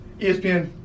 ESPN